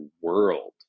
world